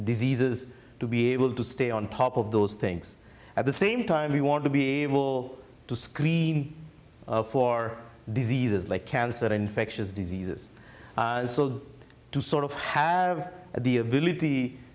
diseases to be able to stay on top of those things at the same time we want to be able to screen for diseases like cancer or infectious diseases so to sort of have the ability